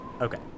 Okay